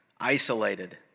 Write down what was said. isolated